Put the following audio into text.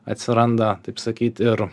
atsiranda taip sakyt ir